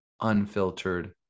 unfiltered